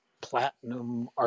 platinum